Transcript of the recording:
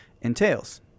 entails